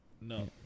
No